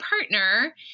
partner